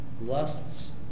lusts